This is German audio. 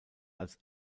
als